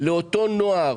לאותו נוער,